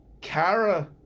Kara